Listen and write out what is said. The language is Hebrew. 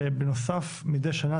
ובנוסף מדי שנה,